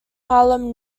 harlem